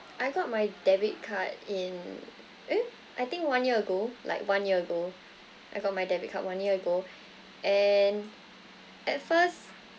I got my debit card in eh I think one year ago like one year ago I got my debit card one year ago and at first